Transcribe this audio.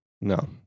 No